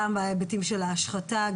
גם בהיבטים של השחתה,